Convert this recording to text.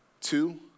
Two